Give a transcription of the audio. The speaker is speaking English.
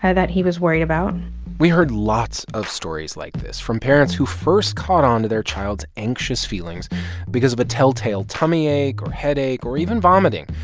ah that he was worried about we heard lots of stories like this from parents who first caught on to their child's anxious feelings because of a telltale tummy ache or headache, or even vomiting,